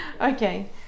okay